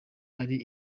ari